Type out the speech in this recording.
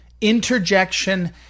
interjection